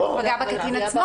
רק אם הוא פגע בקטין עצמו.